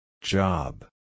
Job